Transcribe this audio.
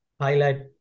highlight